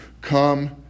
come